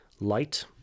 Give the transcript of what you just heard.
light